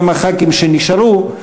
כמה ח"כים שנשארו,